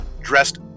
dressed